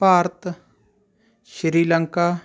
Bharat Sri Lanka